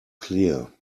clear